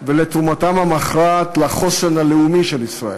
ולתרומתם המכרעת לחוסן הלאומי של ישראל.